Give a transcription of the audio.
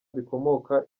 bikomoka